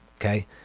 Okay